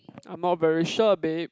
I'm not very sure babe